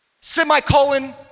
semicolon